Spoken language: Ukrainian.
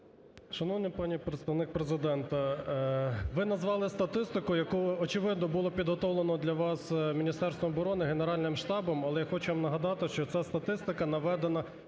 Шановна пані Представник Президента, ви назвали статистику, яку, очевидно, було підготовлено для вас Міністерством оборони, Генеральним штабом. Але я хочу вам нагадати, що ця статистика наведена